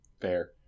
Fair